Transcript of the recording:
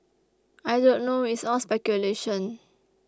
I don't know it's all speculation